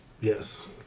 Yes